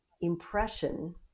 impression